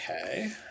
okay